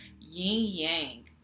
yin-yang